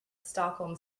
stockholm